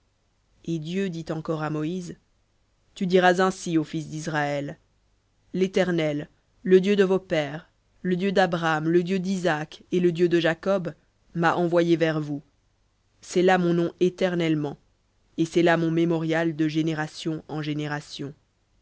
et dieu dit encore à moïse tu diras ainsi aux fils d'israël l'éternel le dieu de vos pères le dieu d'abraham le dieu d'isaac et le dieu de jacob m'a envoyé vers vous c'est là mon nom éternellement et c'est là mon mémorial de génération en génération